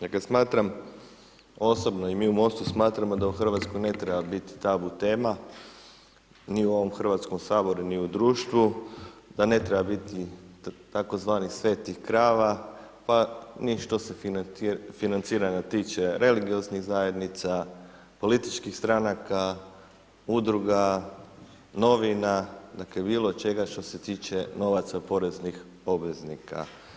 Dakle smatram osobno i mi u MOST-u smatramo da u Hrvatskoj ne treba biti tabu tema ni u ovom Hrvatskom saboru ni u društvu da ne treba biti tzv. svetih krava pa ni što se financiranja tiče religioznih zajednica, političkih stranaka, udruga, novina, dakle, bilo čega što se tiče novaca poreznih obveznika.